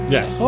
Yes